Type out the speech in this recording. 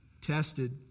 Tested